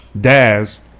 Daz